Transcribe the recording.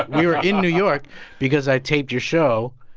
we were in new york because i taped your show,